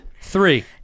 three